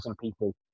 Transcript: people